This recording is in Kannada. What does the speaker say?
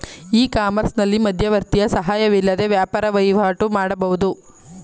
ಇ ಕಾಮರ್ಸ್ನಲ್ಲಿ ಮಧ್ಯವರ್ತಿಯ ಸಹಾಯವಿಲ್ಲದೆ ವ್ಯಾಪಾರ ವಹಿವಾಟು ಮಾಡಬಹುದು